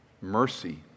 mercy